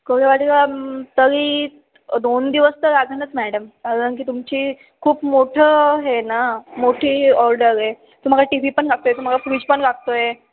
कोल्हेवाडीला तरी दोन दिवस तर लागणारच मॅडम कारणकी तुमची खूप मोठं हे ना मोठी ऑर्डर आहे तुम्हाला टी व्ही पण लागतो आहे तुम्हाला फ्रीज पण लागतो आहे